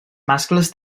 mascles